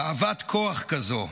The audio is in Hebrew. תאוות כוח כזו,